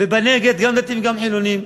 ובנגד, גם דתיים גם חילונים.